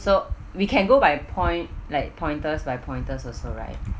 so we can go by point like pointers by pointers also right